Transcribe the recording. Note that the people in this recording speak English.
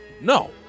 No